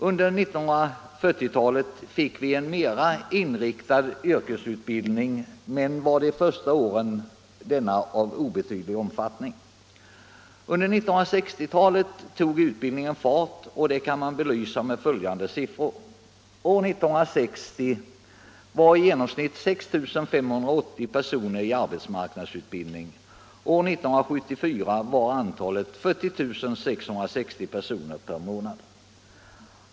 Under 1940-talet fick vi en mera direkt inriktad yrkesutbildning, men denna var under de första åren av obetydlig omfattning. Under 1960-talet tog utbildningen fart, och det kan man belysa i följande siffror. Är 1960 var i genomsnitt 6 580 personer i arbetsmarknadsutbildning. År 1974 var antalet 40 660 personer per månad.